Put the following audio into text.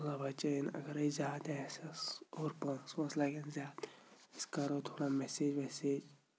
اللہ بَچٲیِن اگرَے زیادٕ آسٮ۪س اور پونٛسہٕ وٲنٛسہٕ لگن زیادٕ أسۍ کَرَو تھوڑا مٮ۪سیج وٮ۪سیج